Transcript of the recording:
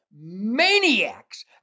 maniacs